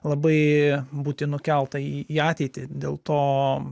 labai būti nukelta į į ateitį dėl to